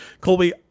Colby